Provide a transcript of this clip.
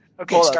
Okay